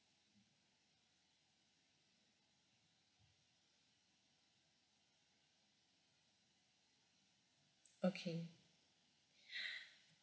okay